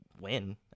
win